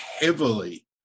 heavily